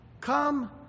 Come